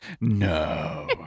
No